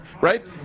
right